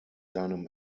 seinem